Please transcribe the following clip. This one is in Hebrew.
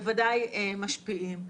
שבוודאי משפיעים.